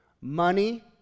Money